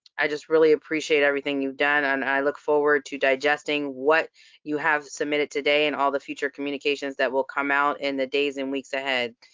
i just really appreciate everything you've done, and i look forward to digesting what you have submitted today and all the future communications that will come out in the days and weeks ahead.